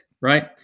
right